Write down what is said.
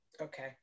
Okay